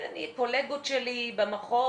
קולגות שלי במחוז,